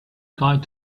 going